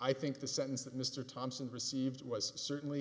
i think the sentence that mr thompson received was certainly